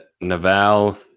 Naval